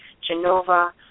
Genova